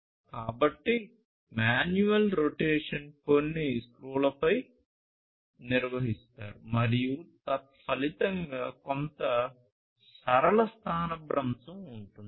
కాబట్టి manual rotation కొన్ని స్క్రూలపై నిర్వహిస్తారు మరియు తత్ఫలితంగా కొంత సరళ స్థానభ్రంశం ఉంటుంది